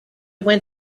went